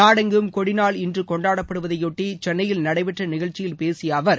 நாடெங்கும் கொடிநாள் இன்று கொண்டாடப்படுவதையொட்டி சென்னையில் நடைபெற்ற நிகழ்ச்சியில் பேசிய அவர்